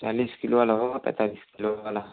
चालीस किलो वाला होगा पैतालीस किलो वाला